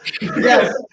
Yes